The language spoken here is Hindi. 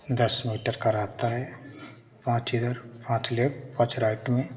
दस मीटर का रहता है पाँच इधर पाँच लेफ्ट पाँच राइट में